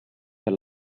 per